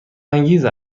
انگیز